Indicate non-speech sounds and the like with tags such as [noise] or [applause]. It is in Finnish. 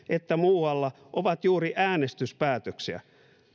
[unintelligible] että muualla ovat juuri äänestyspäätöksiä